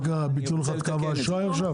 מה קרה, ביטלו לך את קו האשראי עכשיו?